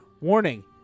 warning